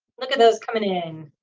look at those coming in.